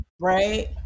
right